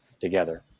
together